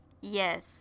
Yes